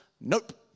nope